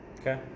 Okay